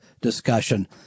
discussion